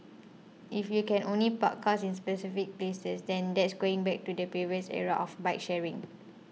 if you can only park in specific places then that's going back to the previous era of bike sharing